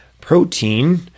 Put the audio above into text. Protein